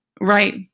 right